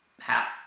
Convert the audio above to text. half